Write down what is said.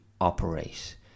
operate